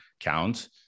count